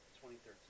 2013